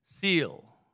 Seal